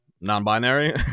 non-binary